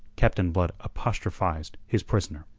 captain blood apostrophized his prisoner.